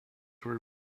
were